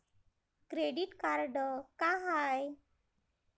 Credit card का हाय?